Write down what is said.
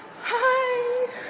Hi